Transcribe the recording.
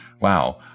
wow